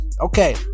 okay